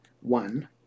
one